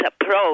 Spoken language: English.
approach